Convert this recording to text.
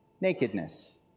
nakedness